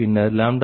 36 Pg2max320